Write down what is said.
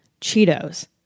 Cheetos